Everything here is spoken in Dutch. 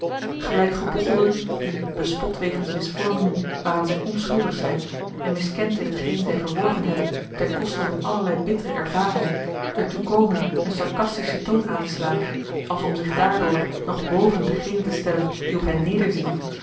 gelijk gebochelden die bespot wegens misvormingen waaraan zij onschuldig zijn en miskend in t geen zij verworven hebben ten koste van allerlei bittere ervaringen er toe komen een sarcastische toon aan te slaan als om zich daardoor nog boven degenen te stellen die op hen